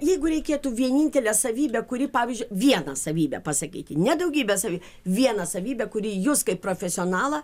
jeigu reikėtų vienintelę savybę kuri pavyzdžiui vieną savybę pasakyti ne daugybę savyb vieną savybę kuri jus kaip profesionalą